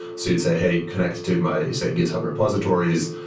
so you'd say, hey, connect to my, say, github repositories.